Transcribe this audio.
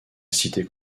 cité